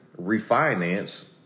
refinance